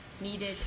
needed